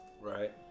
Right